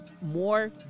more